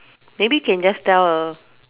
maybe you can just tell a